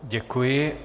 Děkuji.